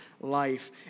life